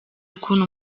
ukuntu